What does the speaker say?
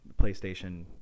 PlayStation